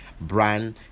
Brand